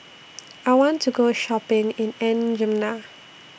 I want to Go Shopping in N'Djamena